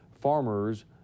farmers